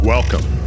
Welcome